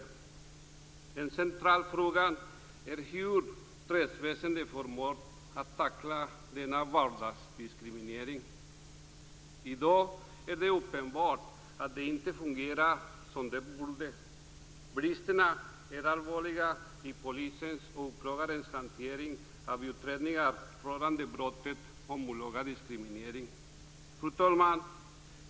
En central fråga är hur rättsväsendet förmår att tackla denna 'vardagsdiskriminering'. I dag är det uppenbart att det inte fungerar som det borde. Bristerna är allvarliga i polisens och åklagarnas hantering av utredningar rörande brottet olaga diskriminering." Fru talman!